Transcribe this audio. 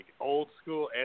old-school